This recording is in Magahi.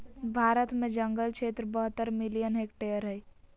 भारत में जंगल क्षेत्र बहत्तर मिलियन हेक्टेयर हइ